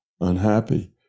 unhappy